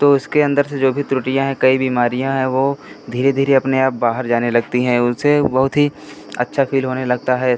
तो इसके अन्दर से जो भी त्रुटियाँ हैं कई बीमारियाँ हैं वो धीरे धीरे अपने आप बाहर जाने लगती हैं उनसे ऊ बहुत ही अच्छा फ़ील होने लगता है